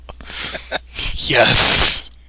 yes